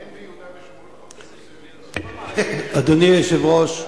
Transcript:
אין ביהודה ושומרון חוק שאוסר, אדוני היושב-ראש,